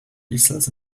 easels